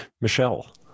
Michelle